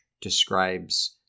describes